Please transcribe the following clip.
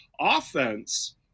offense